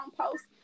post